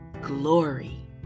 glory